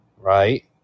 right